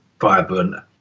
vibrant